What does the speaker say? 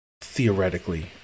theoretically